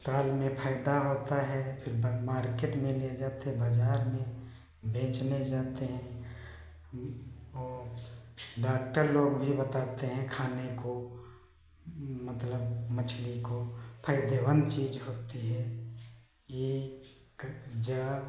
ताल में फलता रहता है फिर बाद में मार्केट में ले जाके बाज़ार बेचने जाते हैं और डाक्टर लोग भी बताते हैं खाने को मतलब मछली को फ़ायदेमंद चीज़ होती है ये तब जा